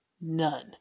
none